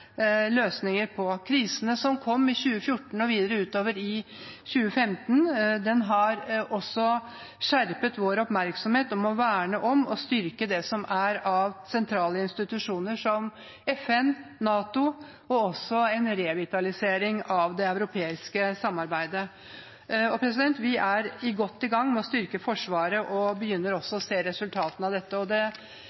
løsninger på. Krisene som kom i 2014 og videre utover i 2015, har også skjerpet vår oppmerksomhet om å verne om og styrke det som er av sentrale institusjoner, som FN, NATO og også en revitalisering av det europeiske samarbeidet. Vi er godt i gang med å styrke Forsvaret og begynner